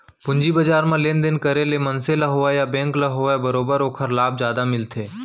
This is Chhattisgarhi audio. पूंजी बजार म लेन देन करे ले मनसे ल होवय या बेंक ल होवय बरोबर ओखर लाभ जादा मिलथे